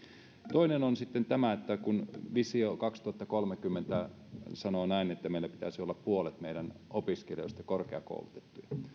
toinen on sitten tämä että kun visio kaksituhattakolmekymmentä sanoo näin että meillä pitäisi olla puolet meidän opiskelijoista korkeakoulutettuja